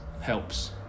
helps